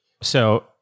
So-